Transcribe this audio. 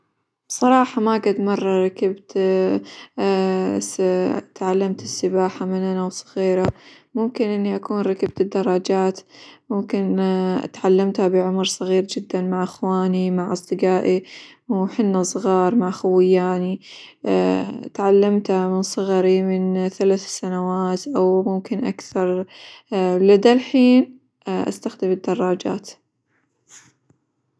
بصراحة ما قد مرة -ركبت- تعلمت السباحة من أنا وصغيرة، ممكن إني أكون ركبت الدرجات، ممكن اتعلمتها بعمر صغير جدًا مع إخواني، مع أصدقائي، واحنا صغار مع خوياني، تعلمتها من صغرى من ثلاثة سنوات ، أو ممكن أكثر لدا الحين استخدم الدراجات.